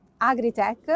agri-tech